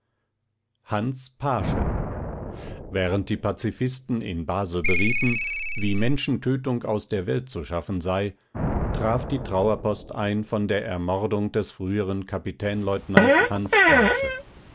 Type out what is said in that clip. hans paasche während die pazifisten in basel berieten wie menschentötung aus der welt zu schaffen sei traf die trauerpost ein von der ermordung des früheren kapitänleutnants hans paasche